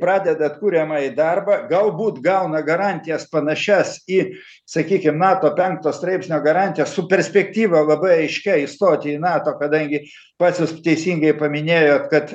pradeda atkuriamąjį darbą galbūt gauna garantijas panašias į sakykim nato penkto straipsnio garantijas su perspektyva labai aiškia įstoti į nato kadangi pats jūs teisingai paminėjot kad